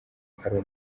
ari